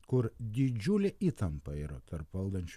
kur didžiulė įtampa yra tarp valdančių